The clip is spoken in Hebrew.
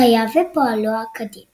חייו ופועלו האקדמי